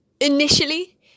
initially